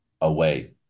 away